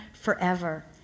forever